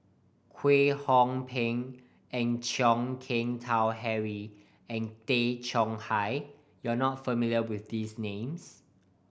Kwek Hong Png and Chan Keng Howe Harry and Tay Chong Hai you are not familiar with these names